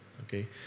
Okay